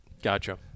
Gotcha